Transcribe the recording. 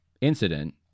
incident